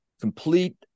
complete